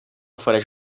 ofereix